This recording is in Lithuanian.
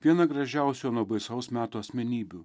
viena gražiausių ano baisaus meto asmenybių